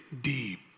deep